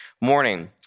morning